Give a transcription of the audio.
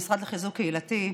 המשרד לחיזוק קהילתי.